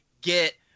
get